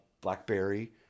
BlackBerry